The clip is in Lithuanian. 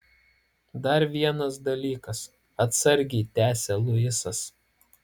dar vienas dalykas atsargiai tęsia luisas